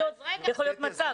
יכולה להיות עלייה.